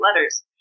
letters